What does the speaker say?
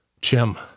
Jim